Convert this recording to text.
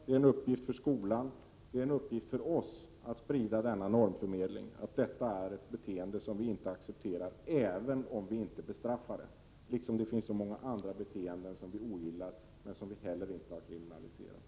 Det är en uppgift för skolan, och det är en uppgift för oss att sprida normen att prostitution är ett beteende som vi inte accepterar, även om vi inte bestraffar det, liksom det finns så många andra beteenden som vi ogillar men som vi inte heller har kriminaliserat.